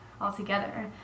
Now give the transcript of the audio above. altogether